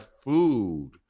food